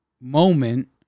moment